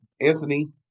Anthony